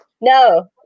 No